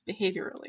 behaviorally